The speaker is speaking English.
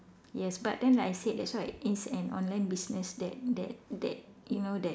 yes but then I said that's why it's an online business that that that you know that